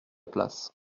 place